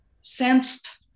sensed